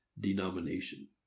denomination